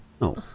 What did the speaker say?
no